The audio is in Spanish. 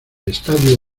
estadio